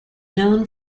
known